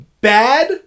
bad